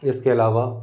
इसके अलावा